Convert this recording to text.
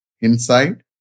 inside